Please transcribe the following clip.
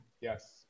Yes